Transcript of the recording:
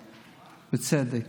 ובצדק,